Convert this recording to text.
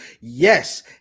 Yes